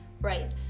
right